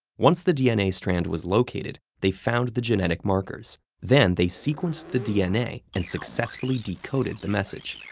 once the dna strand was located, they found the genetic markers. then, they sequenced the dna and successfully decoded the message.